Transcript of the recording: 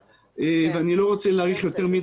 אאריך.